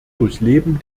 durchleben